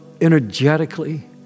energetically